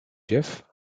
jeff